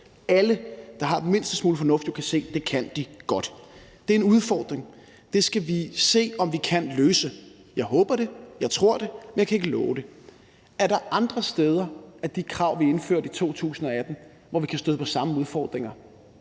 alle, der har den mindste smule fornuft, jo kan se, at det kan de godt. Det er en udfordring. Det skal vi se om vi kan løse. Jeg håber det, jeg tror det, men jeg kan ikke love det. Er der andre steder, hvor vi i forhold til de krav, vi indførte i 2018, kan støde på samme udfordringer?